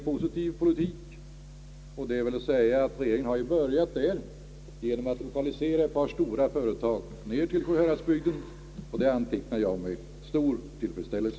Regeringen har börjat föra en positiv politik i det avseendet genom att lokalisera ett par stora företag till Sjuhäradsbygden, och det antecknar jag med stor tillfredsställelse.